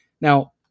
Now